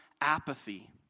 apathy